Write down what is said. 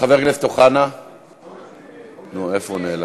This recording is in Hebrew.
חבר הכנסת אוחנה, נו, איפה הוא נעלם?